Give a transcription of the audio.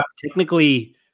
technically